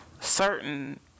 certain